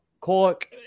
Cork